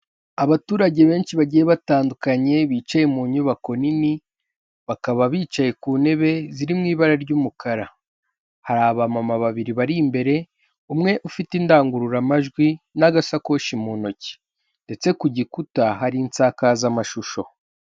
Abaturage benshi bagiye batandukanye bicaye mu nyubako nini, bakaba bicaye ku ntebe ziri mu ibara ry'umukara, hari abamama babiri bari imbere, umwe ufite indangururamajwi n'agasakoshi mu ntoki ndetse ku gikuta hari insakazamashusho.